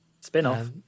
Spin-off